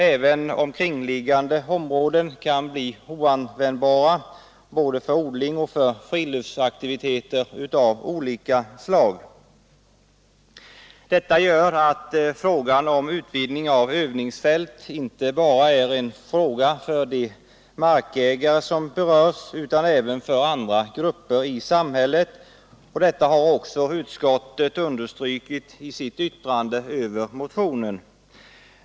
Även omkringliggande områden kan bli oanvändbara för odling och för friluftsaktiviteter av olika slag. Detta gör att frågan om utvidgning av övningsfält inte bara angår de markägare som berörs utan även andra grupper i samhället. Detta har också utskottet understrukit i sitt yttrande över motionen.